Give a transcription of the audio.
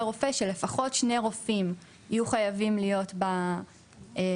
רופא שלפחות שני רופאים יהיו חייבים להיות בהרכב,